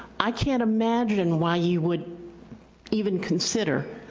i can't imagine and why you would even consider, ah,